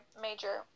major